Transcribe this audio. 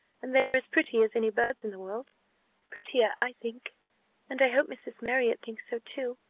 and they are as pretty as any birds in the world prettier, i think and i hope mrs. marriott thinks so too.